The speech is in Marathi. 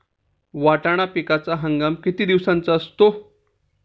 वाटाणा पिकाचा हंगाम किती दिवसांचा असतो?